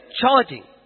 charging